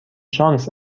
شانس